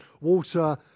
water